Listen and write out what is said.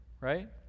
right